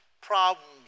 problems